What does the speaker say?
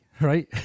right